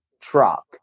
truck